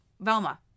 Velma